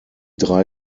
drei